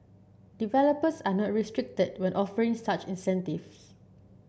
developers are not restricted when offering such incentives